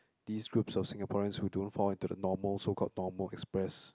these groups of Singaporeans who don't fall into the normal so called normal express